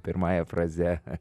pirmąja fraze